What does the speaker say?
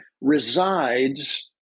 resides